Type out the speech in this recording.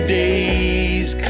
day's